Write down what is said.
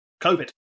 COVID